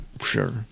Sure